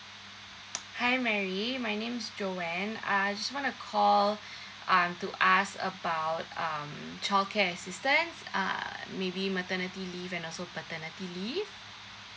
hi Mary my name is Joanne uh I just want to call um to ask about um childcare assistance uh maybe maternity leave and also paternity leave